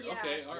Okay